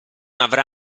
avrà